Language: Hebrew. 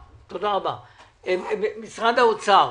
אני פונה למשרד האוצר